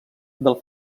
del